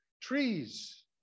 Trees